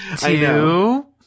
two